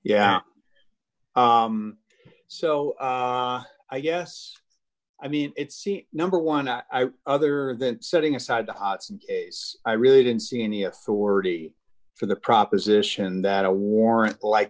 yeah so i guess i mean it's number one i other that setting aside i really didn't see any authority for the proposition that a warrant like